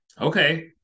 Okay